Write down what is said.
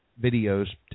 videos